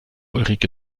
ulrike